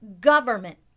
government